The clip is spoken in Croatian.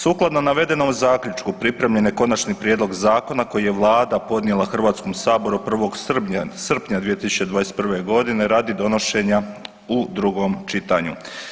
Sukladno navedenom zaključku pripremljen je konačni prijedlog zakona koji je Vlada podnijela HS-u 1. srpnja 2021.g. radi donošenja u drugom čitanju.